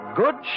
good